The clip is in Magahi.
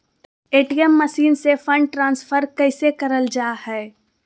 ए.टी.एम मसीन से फंड ट्रांसफर कैसे करल जा है?